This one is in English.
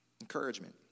Encouragement